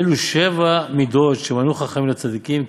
אלו שבע מידות שמנו חכמים לצדיקים,